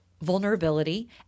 vulnerability